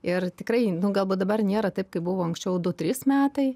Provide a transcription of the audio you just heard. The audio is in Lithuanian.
ir tikrai galbūt dabar nėra taip kaip buvo anksčiau du trys metai